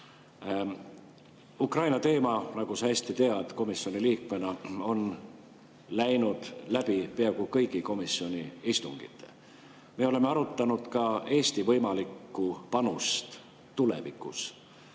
Ukraina teema, nagu sa komisjoni liikmena hästi tead, on käinud läbi peaaegu kõigi komisjoni istungite. Me oleme arutanud ka Eesti võimalikku panust tulevikus.